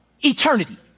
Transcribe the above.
eternity